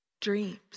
dreams